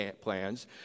plans